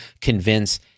convince